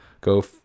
go